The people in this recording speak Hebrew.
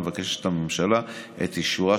נציגי השלטון המקומי מעידים בפני שר הפנים בימות